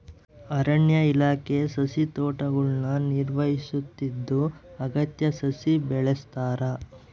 ಅರಣ್ಯ ಇಲಾಖೆ ಸಸಿತೋಟಗುಳ್ನ ನಿರ್ವಹಿಸುತ್ತಿದ್ದು ಅಗತ್ಯ ಸಸಿ ಬೆಳೆಸ್ತಾರ